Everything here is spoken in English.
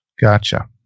Gotcha